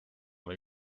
või